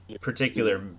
particular